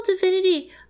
Divinity